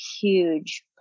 huge